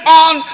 on